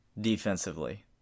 defensively